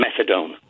methadone